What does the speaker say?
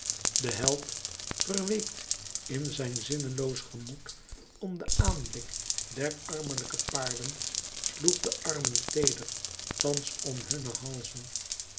de held verweekt in zijn zinloos gemoed om den aanblik der armelijke paarden sloeg de armen teeder thans om hunne halzen